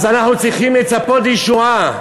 אז אנחנו צריכים לצפות לישועה,